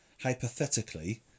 hypothetically